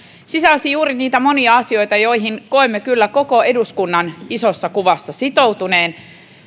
sisälsi juuri niitä monia asioita joihin koemme kyllä koko eduskunnan isossa kuvassa sitoutuneen